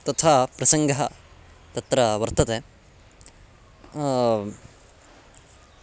तथा प्रसङ्गः तत्र वर्तते